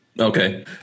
Okay